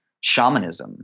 shamanism